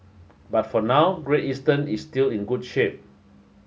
but for now Great Eastern is still in good shape